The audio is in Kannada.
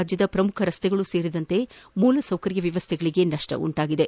ರಾಜ್ಯದ ಪ್ರಮುಖ ರಸ್ತೆಗಳು ಸೇರಿದಂತೆ ಮೂಲಸೌಕರ್ಯ ವ್ಲವಸ್ಥೆಗಳಿಗೆ ಭಾರಿ ನಷ್ಟ ಉಂಟಾಗಿದೆ